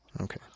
Okay